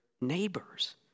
neighbors